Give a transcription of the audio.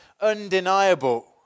undeniable